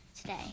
Today